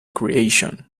creation